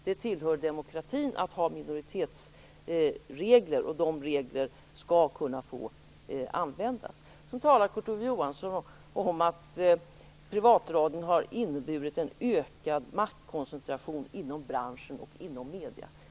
Det tillhör demokratin att ha minoritetsregler, och de reglerna skall kunna få användas. Kurt Ove Johansson talade om att privatradion har inneburit en ökad maktkoncentration inom branschen och inom medierna.